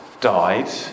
died